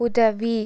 உதவி